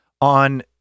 on